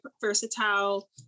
versatile